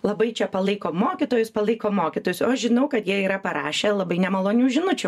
labai čia palaiko mokytojus palaiko mokytojus o žinau kad jie yra parašę labai nemalonių žinučių